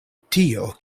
tio